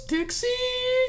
Dixie